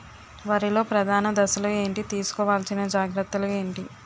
వరిలో ప్రధాన దశలు ఏంటి? తీసుకోవాల్సిన జాగ్రత్తలు ఏంటి?